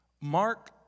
Mark